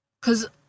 Cause